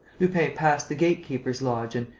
lupin passed the gate-keeper's lodge and,